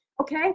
okay